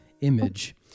image